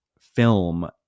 film